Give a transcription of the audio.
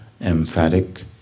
emphatic